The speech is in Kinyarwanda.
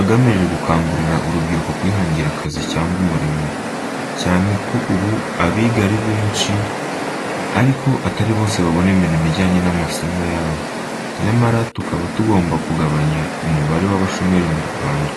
agamije gukangurira urubyiruko kwihangira akazi cyangwa umurimo, cyane ko ubu abiga ari benshi ariko atari bose babona imirimo ijyanye n’amasomo yabo. Nyamara, tukaba tugomba kugabanya umubare w’abashomeri mu Rwanda.